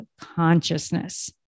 consciousness